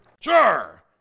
Sure